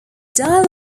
dial